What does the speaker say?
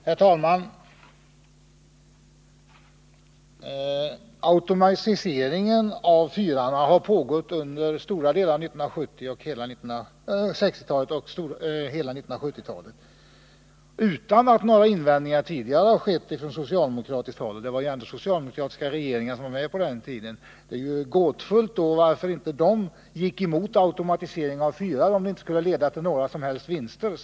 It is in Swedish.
Herr talman! Automatiseringen av fyrarna har pågått under stora delar av 1960-talet och hela 1970-talet utan att några invändningar tidigare har gjorts från socialdemokratiskt håll. Det var ju ändå under den socialdemokratiska regeringens tid som detta påbörjades. Om automatisering av fyrar inte skulle leda till några som helst vinster, som det sägs här, då är det ju gåtfullt att socialdemokraterna inte redan tidigare gått emot förslag i den riktningen.